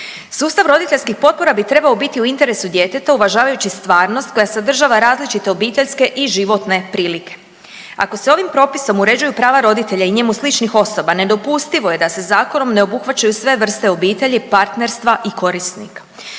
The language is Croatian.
sustav roditeljskih potpora bi trebao biti u interesu djeteta uvažavajući stvarnost koja sadržava različite obiteljske i životne prilike. Ako se ovim propisom uređuju prava roditelja i njemu sličnih osoba nedopustivo je da se zakonom ne obuhvaćaju sve vrste obitelji, partnerstva i korisnika.